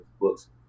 books